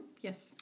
Yes